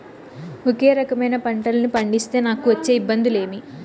ఒకే రకమైన పంటలని పండిస్తే నాకు వచ్చే ఇబ్బందులు ఏమి?